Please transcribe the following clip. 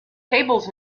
cables